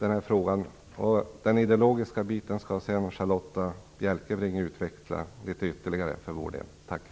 Charlotta Bjälkebring skall utveckla den ideologiska biten ytterligare för vår del senare.